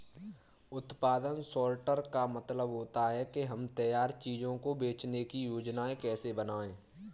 उत्पादन सॉर्टर का मतलब होता है कि हम तैयार चीजों को बेचने की योजनाएं कैसे बनाएं